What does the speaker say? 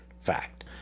fact